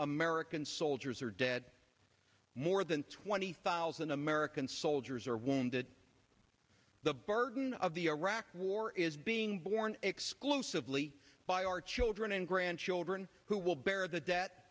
american soldiers are dead more than twenty thousand american soldiers are wounded the garden of the iraq war is being borne exclusively by our children and grandchildren who will bear the debt